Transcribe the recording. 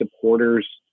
supporters